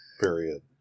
period